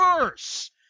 worse